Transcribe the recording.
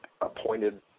appointed